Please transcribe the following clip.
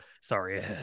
sorry